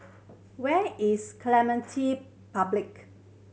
where is Clementi Public